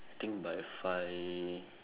think by five